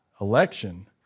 election